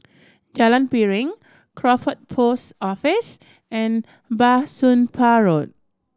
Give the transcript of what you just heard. Jalan Piring Crawford Post Office and Bah Soon Pah Road